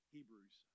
Hebrews